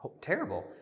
Terrible